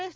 S